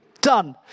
done